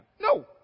No